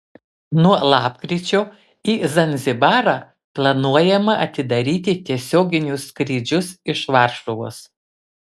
nuo lapkričio į zanzibarą planuojama atidaryti tiesioginius skrydžius iš varšuvos